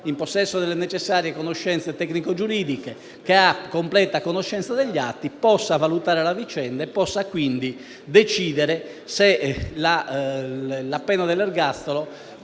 in possesso delle necessarie conoscenze tecnico-giuridiche, che ha completa conoscenza degli atti, a poter valutare la vicenda e decidere se la pena dell'ergastolo